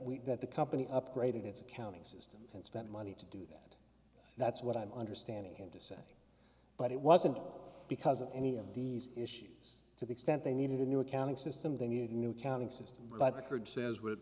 we that the company upgraded its accounting system and spent money to do that that's what i'm understanding him to say but it wasn't because of any of these issues to the extent they needed a new accounting system they needed new accounting system but i've heard says we're